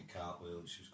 cartwheels